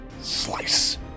Slice